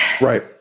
right